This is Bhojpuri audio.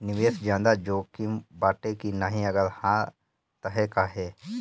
निवेस ज्यादा जोकिम बाटे कि नाहीं अगर हा तह काहे?